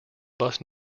bus